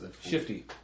Shifty